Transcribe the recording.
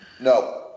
No